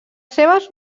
seves